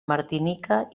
martinica